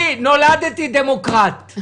אני נולדתי דמוקרט.